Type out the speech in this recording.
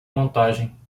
montagem